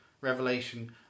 revelation